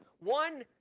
One